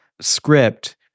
script